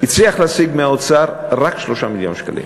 הצליח להשיג מהאוצר רק 3 מיליון שקלים.